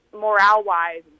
morale-wise